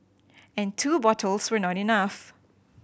and two bottles were not enough